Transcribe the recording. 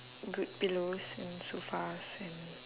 good pillows and sofas and